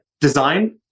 Design